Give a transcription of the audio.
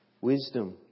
wisdom